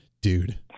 Dude